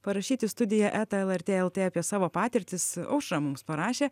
parašyt į studija eta lrt lt apie savo patirtis aušra mums parašė